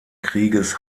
krieges